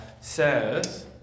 says